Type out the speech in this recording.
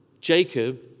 Jacob